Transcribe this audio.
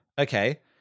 okay